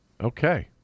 Okay